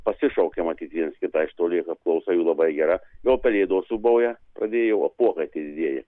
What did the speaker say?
pasišaukia matyt viens kitą iš toli kap klausa jų labai gera jau pelėdos ūbauja pradėjo apuokai tie didieji